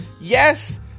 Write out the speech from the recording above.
yes